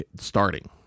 starting